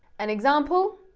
an example,